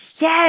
yes